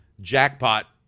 Jackpot